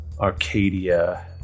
Arcadia